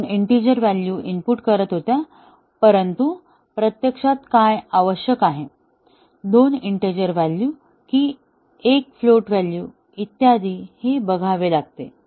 त्या 2 integer value input करत होत्या परंतु प्रत्यक्षात काय आवश्यक आहे 2 इंटीजर व्हॅलू की एक फ्लोट व्हॅलू इत्यादी हे बघावे लागते